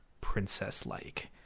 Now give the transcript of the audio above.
princess-like